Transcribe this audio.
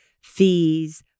fees